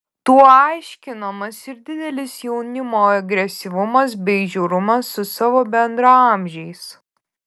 tuo aiškinamas ir didelis jaunimo agresyvumas bei žiaurumas su savo bendraamžiais